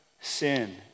sin